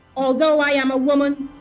although i am a woman,